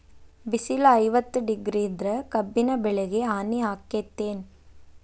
ಬಿಸಿಲ ಐವತ್ತ ಡಿಗ್ರಿ ಇದ್ರ ಕಬ್ಬಿನ ಬೆಳಿಗೆ ಹಾನಿ ಆಕೆತ್ತಿ ಏನ್?